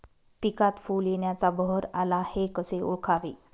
पिकात फूल येण्याचा बहर आला हे कसे ओळखावे?